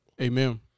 Amen